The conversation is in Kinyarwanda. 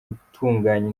gutunganya